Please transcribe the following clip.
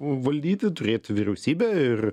valdyti turėti vyriausybę ir